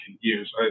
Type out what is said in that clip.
years